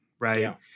right